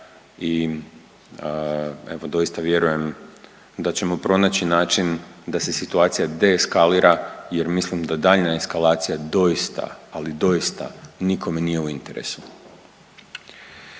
i evo doista vjerujem da ćemo pronaći način a se situacija de eskalira jer mislim da daljnja eskalacija doista, ali doista nikome nije u interesu.